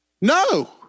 No